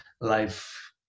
life